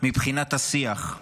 מבחינת השיח?